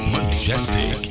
Majestic